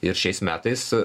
ir šiais metais